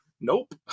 nope